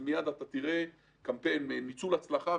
ומייד אתה תראה קמפיין ניצול הצלחה,